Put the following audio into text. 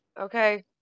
Okay